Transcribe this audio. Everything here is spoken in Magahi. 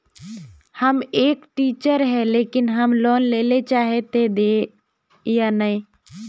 हम एक टीचर है लेकिन हम लोन लेले चाहे है ते देते या नय?